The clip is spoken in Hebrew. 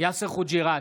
יאסר חוג'יראת,